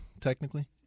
technically